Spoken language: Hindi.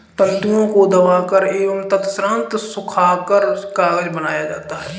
तन्तुओं को दबाकर एवं तत्पश्चात सुखाकर कागज बनाया जाता है